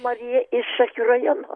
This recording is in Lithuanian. marija iš šakių rajono